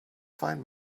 find